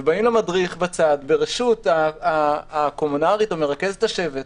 באים למדריך בצד, ברשות הקומונרית או מרכזת השבט,